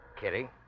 Kitty